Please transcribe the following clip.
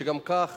שגם כך